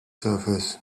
surface